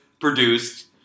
produced